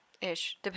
ish